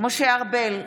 משה ארבל,